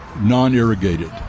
non-irrigated